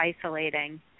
isolating